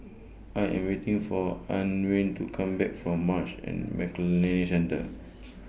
I Am waiting For Antwain to Come Back from Marsh and McLennan Centre